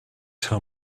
tell